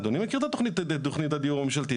אדוני מכיר את התכנית הדיור הממשלתית.